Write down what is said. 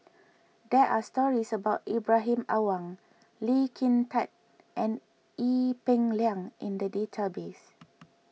there are stories about Ibrahim Awang Lee Kin Tat and Ee Peng Liang in the database